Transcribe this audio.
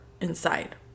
inside